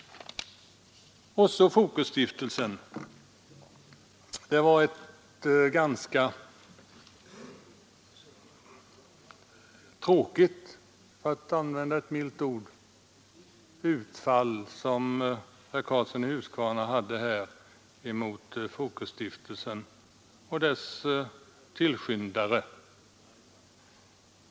Och så Fokusstiftelsen! Det var ett ganska bedrövligt — för att använda ett milt ord — utfall som herr Karlsson i Huskvarna gjorde mot Fokusstiftelsen och dess tillskyndare.